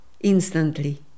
instantly